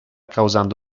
causando